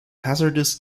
hazardous